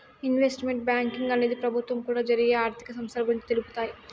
investment banking అనేది ప్రభుత్వం కూడా జరిగే ఆర్థిక సంస్థల గురించి తెలుపుతాయి